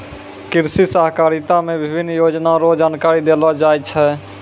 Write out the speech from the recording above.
कृषि सहकारिता मे विभिन्न योजना रो जानकारी देलो जाय छै